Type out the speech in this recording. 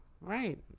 right